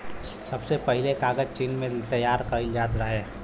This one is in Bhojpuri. सबसे पहिले कागज चीन में तइयार कइल जात रहे